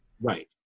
Right